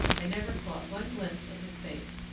i never caught one glimpse of his face,